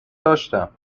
داشتم